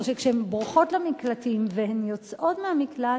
או שכשהן בורחות למקלטים והן יוצאות מהמקלט,